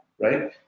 right